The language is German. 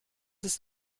ist